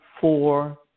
four